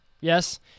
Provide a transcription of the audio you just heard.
Yes